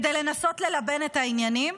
כדי לנסות ללבן את העניינים.